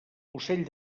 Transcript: ocell